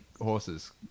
horses